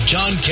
John